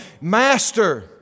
Master